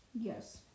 Yes